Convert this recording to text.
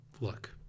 look